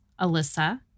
Alyssa